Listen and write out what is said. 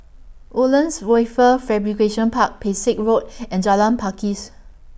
Woodlands Wafer Fabrication Park Pesek Road and Jalan Pakis